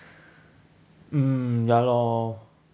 mm ya lor